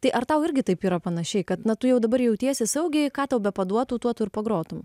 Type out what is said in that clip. tai ar tau irgi taip yra panašiai kad na tu jau dabar jau jautiesi saugiai ką tau bepaduotų tuo tu ir pagrotum